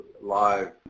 live